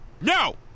No